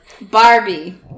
barbie